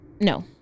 no